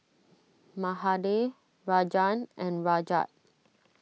Mahade Rajan and Rajat